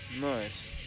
Nice